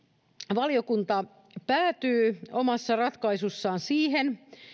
valiokunta päätyy omassa ratkaisussaan siihen